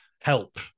help